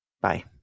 Bye